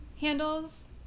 handles